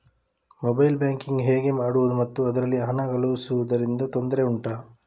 mobile banking ಹೇಗೆ ಮಾಡುವುದು ಮತ್ತು ಅದರಲ್ಲಿ ಹಣ ಕಳುಹಿಸೂದರಿಂದ ತೊಂದರೆ ಉಂಟಾ